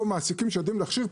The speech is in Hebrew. או מעסיקים שיודעים להכשיר,